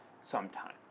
sometime